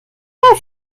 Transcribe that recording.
mehr